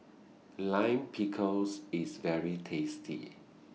Lime Pickles IS very tasty